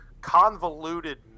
convoluted